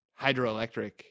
hydroelectric